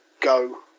go